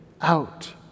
out